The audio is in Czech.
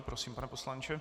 Prosím, pane poslanče.